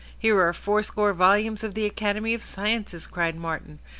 here are four-score volumes of the academy of sciences, cried martin.